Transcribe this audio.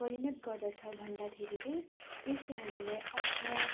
परिणत गर्दछ भन्दाखेरि त्यही यसले हामीलाई अझ